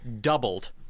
doubled